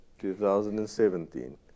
2017